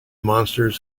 monsters